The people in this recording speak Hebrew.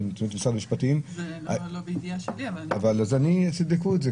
זה לא בידיעה שלי --- אז תבדקו את זה.